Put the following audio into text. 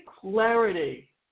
clarity